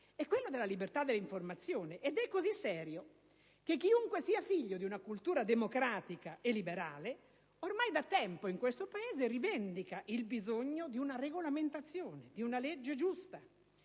e quello della libertà dell'informazione; ed è così serio che chiunque sia figlio di una cultura democratica e liberale ormai da tempo in questo Paese rivendica il bisogno di una regolamentazione, di una legge giusta